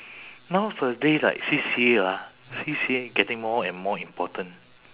nowadays like C_C_A ah C_C_A getting more and more important